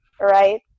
right